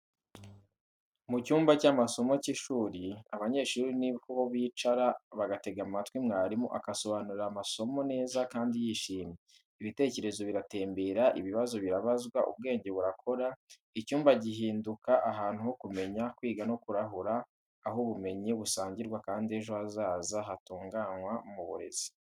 Mu cyumba cy'amasomo cy’ishuri, abanyeshuri ni ho bicara bagatega amatwi mwarimu akabasobanurira amasomo neza kandi yishimye. Ibitekerezo biratembera, ibibazo birabazwa, ubwenge burakora. Icyumba gihinduka ahantu ho kumenya, kwiga no kurahura, aho ubumenyi busangirwa kandi ejo hazaza hatunganywa mu burezi.